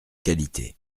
qualité